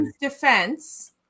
defense